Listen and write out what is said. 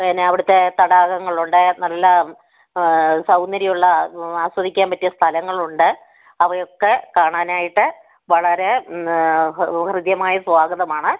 പിന്നെ അവിടത്തെ തടാകങ്ങളുണ്ട് നല്ല സൗന്ദര്യമുള്ള ആസ്വദിക്കാൻ പറ്റിയ സ്ഥലങ്ങളുണ്ട് അവയൊക്കെ കാണാനായിട്ട് വളരെ ഹൃദ്യമായ സ്വാഗതമാണ്